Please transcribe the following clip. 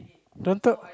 don't tell